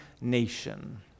nation